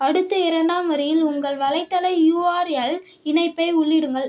அடுத்து இரண்டாம் வரியில் உங்கள் வலைத்தள யூஆர்எல் இணைப்பை உள்ளிடுங்கள்